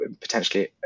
potentially